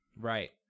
right